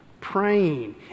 praying